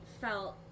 felt